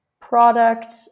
product